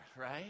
right